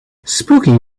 spooky